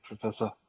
Professor